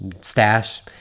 stash